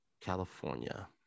California